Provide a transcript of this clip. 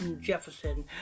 Jefferson